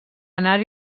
anar